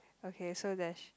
okay so there's